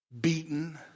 beaten